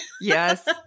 Yes